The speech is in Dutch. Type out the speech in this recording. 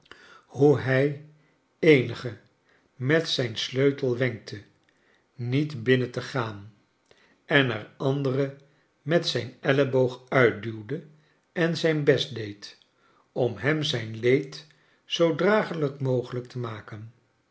hoe hrj eenige met zijn sleutel wenkte niet binnen te gaan en er andere met zijn elleboog uitduwde en zijn best deed om hem zijn leed zoo dragelijk mogelijk te maken